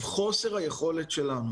חוסר היכולת שלנו